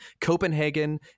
Copenhagen